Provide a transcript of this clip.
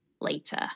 later